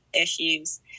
issues